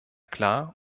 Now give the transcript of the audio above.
klar